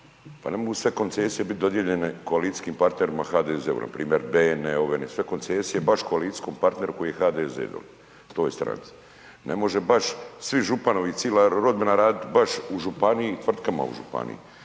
pa ne mogu sve koncesije biti dodijeljene koalicijskim partnerima HDZ-u, npr. …/Govornik se ne razumije/…sve koncesije baš koalicijskom partneru koji je HDZ-ov, toj stranci, ne može baš svi županovi, cila rodbina radit baš u županiji, tvrtkama u županiji,